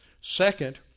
Second